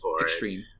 Extreme